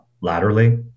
laterally